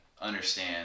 understand